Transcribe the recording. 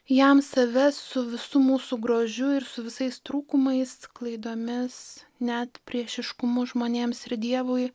jam save su visu mūsų grožiu ir su visais trūkumais klaidomis net priešiškumu žmonėms ir dievui